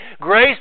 grace